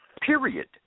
period